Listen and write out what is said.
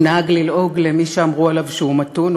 הוא נהג ללעוג למי שאמרו עליו שהוא מתון.